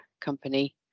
company